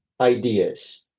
ideas